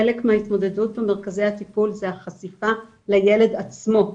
חלק מההתמודדות במרכזי הטיפול זה החשיפה לילד עצמו,